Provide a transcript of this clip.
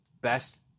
best